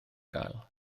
gael